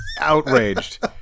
Outraged